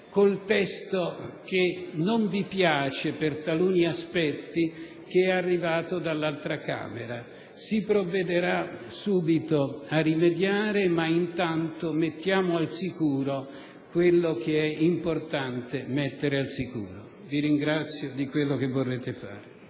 il testo che per taluni aspetti non vi piace arrivato dall'altra Camera. Si provvederà subito a rimediare, ma intanto mettiamo al sicuro ciò che è importante mettere al sicuro. Vi ringrazio per quello che vorrete fare.